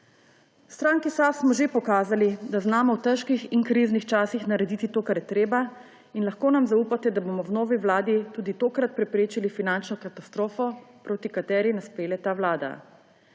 stranki SAB smo že pokazali, da znamo v težkih in kriznih časih narediti to, kar je treba, in lahko nam zaupate, da bomo v novi vladi tudi tokrat preprečili finančno katastrofo, proti kateri nas pelje ta vlada.